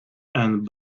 and